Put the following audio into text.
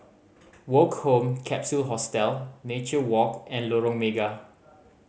Woke Home Capsule Hostel Nature Walk and Lorong Mega